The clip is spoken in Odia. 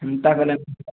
ଏନ୍ତା କଲେ